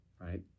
right